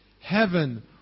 Heaven